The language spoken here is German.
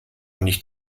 nicht